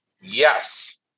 Yes